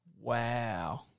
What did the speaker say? Wow